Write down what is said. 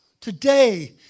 Today